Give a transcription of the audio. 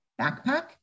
backpack